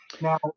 Now